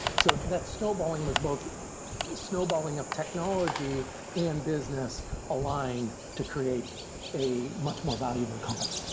so that snowballing was both snowballing of technology and business aligned to create a much more valuable company.